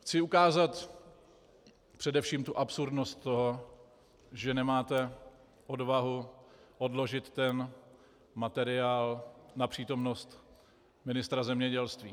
Chci ukázat především absurdnost toho, že nemáte odvahu odložit tento materiál na přítomnost ministra zemědělství.